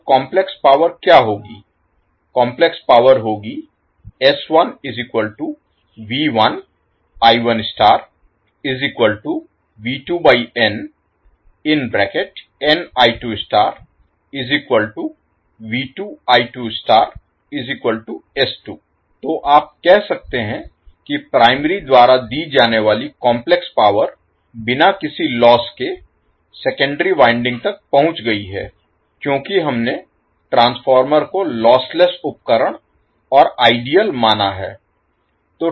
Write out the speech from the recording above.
तो complex power क्या होगी काम्प्लेक्स पावर होगी तो आप कह सकते हैं कि प्राइमरी द्वारा दी जाने वाली काम्प्लेक्स पावर बिना किसी लोस्स Loss नुकसान के सेकेंडरी वाइंडिंग तक पहुंच गयी है है क्योंकि हमने ट्रांसफार्मर को लॉसलेस उपकरण और आइडियल माना है